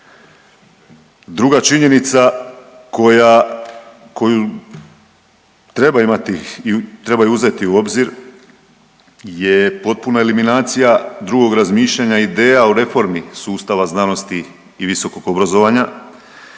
Druga činjenica koja, koju treba imati i treba ju uzeti u obzir je potpuna eliminacija drugog razmišljanja ideja o reformi sustava znanosti i visokog obrazovanja